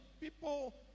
people